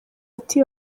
ati